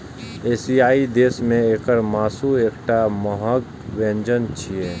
एशियाई देश मे एकर मासु एकटा महग व्यंजन छियै